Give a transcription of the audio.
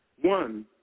One